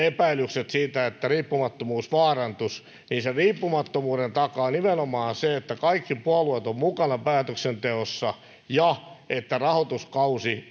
epäilyksiin siitä että riippumattomuus vaarantuisi niin sen riippumattomuuden takaa nimenomaan se että kaikki puolueet ovat mukana päätöksenteossa ja että rahoituskausi